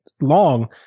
long